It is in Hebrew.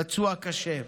פצוע קשה.